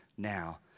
now